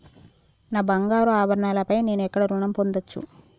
నా బంగారు ఆభరణాలపై నేను ఎక్కడ రుణం పొందచ్చు?